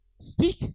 Speak